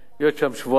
להיות שם שבועיים-שלושה,